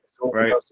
right